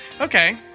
Okay